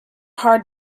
hard